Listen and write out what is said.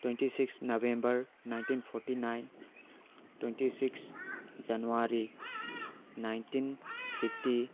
twenty six November nineteen forty nine twenty six January nineteen fifty